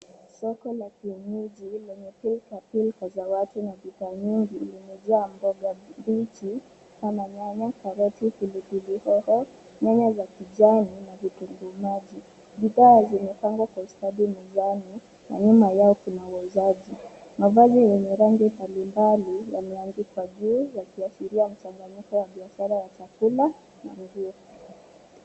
Soko la kienyeji lenye pilkapilka za watu na bidhaa nyingi limejaa mboga mbichi kama nyanya, karoti, pilipilihoho nyanya za kijani na vitunguu maji. Bidhaa zimepangwa kwa ustadi mezani na nyuma yao kuna wauzaji. Mavazi yenye rangi mbaimbali yameandikwa juu yakiashiria mchanganyiko wa biashara ya chakula na nguo.